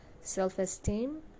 self-esteem